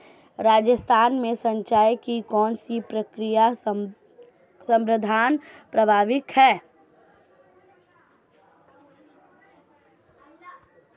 राजस्थान में सिंचाई की कौनसी प्रक्रिया सर्वाधिक प्रभावी है?